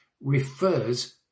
refers